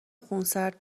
خونسرد